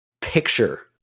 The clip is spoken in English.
picture